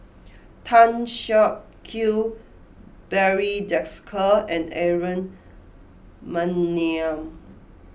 Tan Siak Kew Barry Desker and Aaron Maniam